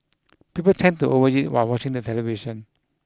people tend to overeat while watching the television